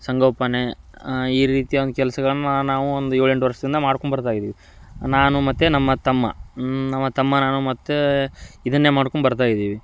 ಸಂಗೋಪನೆ ಈ ರೀತಿಯ ಒಂದು ಕೆಲ್ಸಗಳನ್ನು ನಾವು ಒಂದು ಏಳು ಎಂಟು ವರ್ಷದಿಂದ ಮಾಡ್ಕೊಂಡುಬರ್ತಾಯಿದ್ದೀವಿ ನಾನು ಮತ್ತು ನಮ್ಮ ತಮ್ಮ ನಮ್ಮ ತಮ್ಮ ನಾನು ಮತ್ತು ಇದನ್ನೇ ಮಾಡ್ಕೊಂಬರ್ತಾಯಿದ್ದೀವಿ